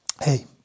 Hey